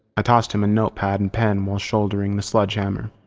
ah tossed him a notepad and pen while shouldering the sledge hammer.